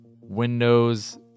Windows